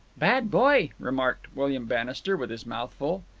bad boy, remarked william bannister with his mouth full.